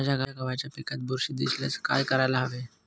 माझ्या गव्हाच्या पिकात बुरशी दिसल्यास काय करायला हवे?